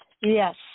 Yes